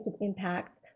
Impact